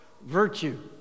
virtue